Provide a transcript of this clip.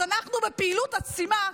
אז אנחנו בפעילות עצימה,